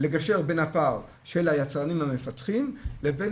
לגשר בין הפער של היצרנים המפתחים לבין